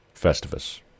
Festivus